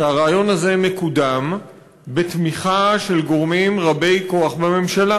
שהרעיון הזה מקודם בתמיכה של גורמים רבי כוח בממשלה.